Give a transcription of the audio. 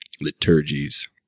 liturgies